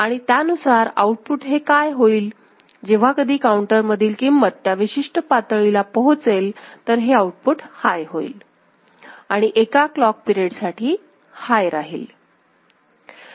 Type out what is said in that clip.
आणि त्यानुसार आउटपुट हे काय होईल जेव्हा कधी काउंटर मधील किंमत त्या विशिष्ट पातळीला पोहोचेल तर हेआउटपुट हाय होईल आणि एका क्लॉक पिरेड साठी हाय राहील